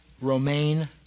Romaine